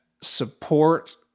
support